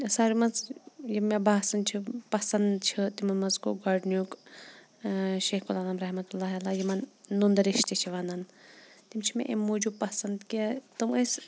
ساروے منٛز یہِ مےٚ باسان چھِ پَسنٛد چھِ تِمَن منٛز گوٚو گۄڈنیُک شیخ العالم رحمتُہ اللہِ علیہ یِمَن نُنٛد ریٚش تہِ چھِ وَنان تِم چھِ مےٚ امہِ موٗجوٗب پَسنٛد کہِ تِم ٲسۍ